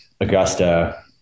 Augusta